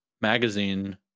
magazine